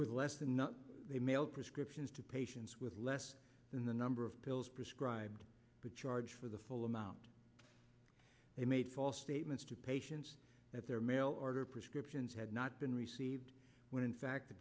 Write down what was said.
less and not they mailed prescriptions to patients with less than the number of pills prescribed to charge for the full amount they made false statements to patients at their mail order prescriptions had not been received when in fact the